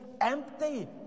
empty